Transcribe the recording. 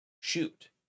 shoot